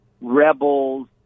rebels